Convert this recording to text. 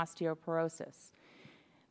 osteoporosis